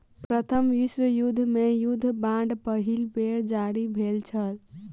प्रथम विश्व युद्ध मे युद्ध बांड पहिल बेर जारी भेल छल